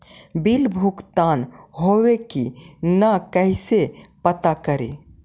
Bill भुगतान होले की न कैसे पता करी?